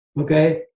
Okay